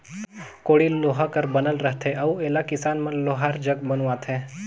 कोड़ी लोहा कर बनल रहथे अउ एला किसान मन लोहार जग बनवाथे